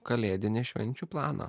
kalėdinį švenčių planą